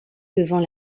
devant